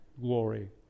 glory